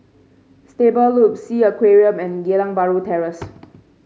Stable Loop Sea Aquarium and Geylang Bahru Terrace